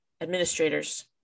administrators